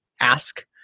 ask